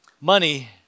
Money